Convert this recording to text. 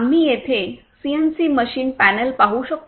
आम्ही येथे CNC machine panel पाहू शकतो